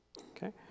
Okay